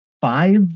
five